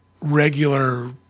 regular